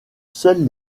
seules